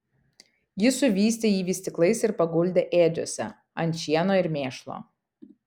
ji suvystė jį vystyklais ir paguldė ėdžiose ant šieno ir mėšlo